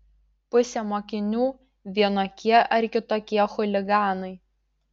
pusė mokinių vienokie ar kitokie chuliganai